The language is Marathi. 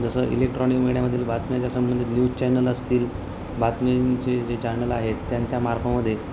जसं इलेक्ट्रॉनिक मीडियामधील बातम्याच्या संबंधित न्यूज चॅनल असतील बातमींचे जे चॅनल आहेत त्यांच्या मार्फामध्ये